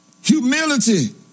Humility